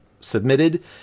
submitted